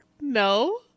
no